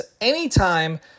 anytime